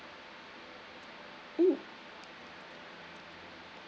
mm